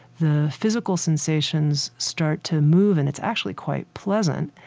the physical sensations start to move and it's actually quite pleasant.